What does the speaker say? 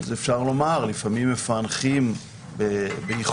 אפשר לומר שלפעמים מפענחים באיחור,